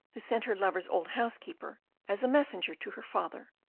who sent her lover's old housekeeper as a messenger to her father,